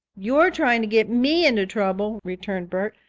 you're trying to get me into trouble, returned bert.